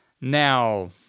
Now